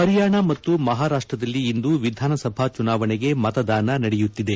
ಪರಿಯಾಣ ಮತ್ತು ಮಹಾರಾಷ್ಟದಲ್ಲಿ ಇಂದು ವಿಧಾನಸಭಾ ಚುನಾವಣೆಗೆ ಮತದಾನ ನಡೆಯುತ್ತಿದೆ